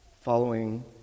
following